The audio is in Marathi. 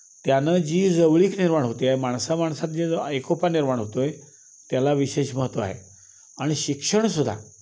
त्यानं जी जवळीक निर्माण होते आहे माणसा माणसात जी ज एकोपा निर्माण होतो आहे त्याला विशेष महत्त्व आहे आणि शिक्षणसुद्धा